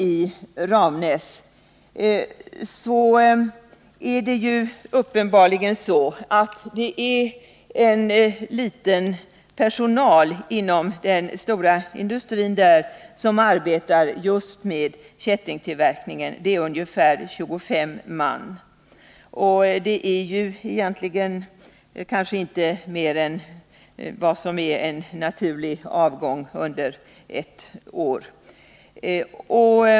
I Ramnäs är det en liten grupp inom denna stora industri som arbetar just med kättingtillverkning — ungefär 25 man. Det är egentligen inte mer än vad som motsvarar den naturliga avgången under ett år.